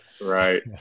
right